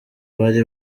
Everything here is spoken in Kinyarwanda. bari